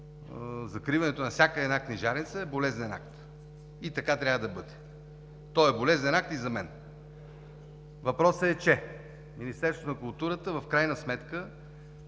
Закриването на всяка една книжарница е болезнен акт. Така трябва да бъде. То е болезнен акт и за мен. Въпросът е, че Министерството на културата в крайна сметка